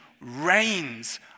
reigns